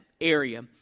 area